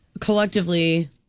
collectively